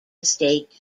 estate